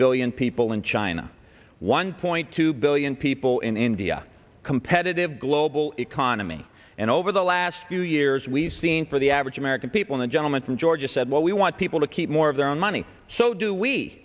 billion people in china one point two billion people in india competitive global economy and over the last few years we've seen for the average american people the gentleman from georgia said well we want people to keep more of their own money so do we